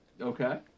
okay